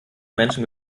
menschen